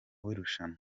w’irushanwa